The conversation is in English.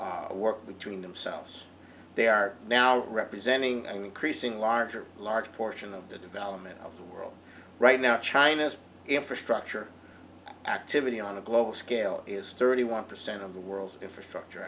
y work between themselves they are now representing an increasing larger a large portion of the development of the world right now china's infrastructure activity on the global scale is thirty one percent of the world's infrastructure